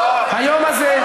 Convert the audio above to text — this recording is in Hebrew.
היום הזה,